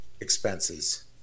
expenses